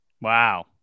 Wow